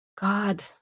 God